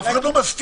אף אחד לא מסתיר.